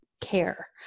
care